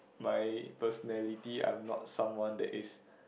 my personality I'm not someone that is